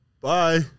Bye